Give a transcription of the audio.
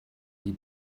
die